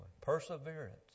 Perseverance